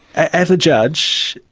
as a judge,